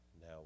now